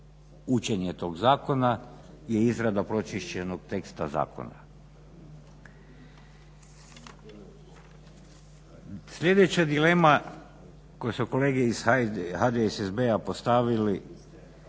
učenje tog zakona je izrada pročišćenog teksta zakona. Sljedeća dilema koju su kolege iz HDSSB-a postavili,